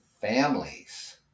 families